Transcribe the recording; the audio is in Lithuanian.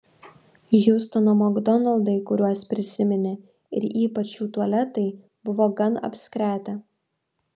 hjustono makdonaldai kuriuos prisiminė ir ypač jų tualetai buvo gan apskretę